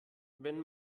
wenn